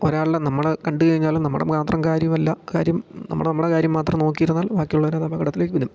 ഒരാളെ നമ്മൾ കണ്ടു കഴിഞ്ഞാലും നമ്മുടെ മാത്രം കാര്യമല്ല കാര്യം നമ്മുടെ നമ്മുടെ കാര്യം മാത്രം നോക്കി ഇരുന്നാൽ ബാക്കിയുള്ളവർ അത് അപകടത്തിലേക്ക് വിടും